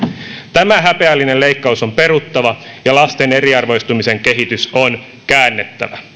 tämä häpeällinen leikkaus on peruttava ja lasten eriarvoistumisen kehitys on käännettävä